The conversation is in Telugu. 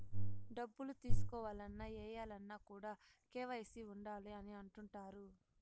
డబ్బులు తీసుకోవాలన్న, ఏయాలన్న కూడా కేవైసీ ఉండాలి అని అంటుంటారు